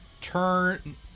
turn